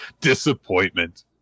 disappointment